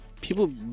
People